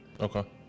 Okay